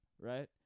right